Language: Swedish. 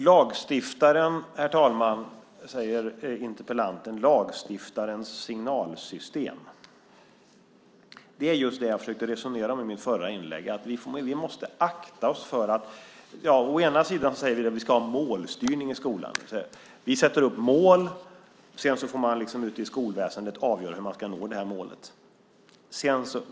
Herr talman! Interpellanten talar om lagstiftarens signalsystem. Det är just det jag försökte resonera om i mitt förra inlägg. Vi måste akta oss lite här. Först säger vi att vi ska ha målstyrning i skolan, det vill säga vi sätter upp mål, och sedan får man ute i skolväsendet avgöra hur man ska nå de målen.